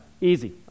Easy